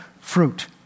fruit